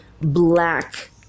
black